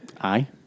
Aye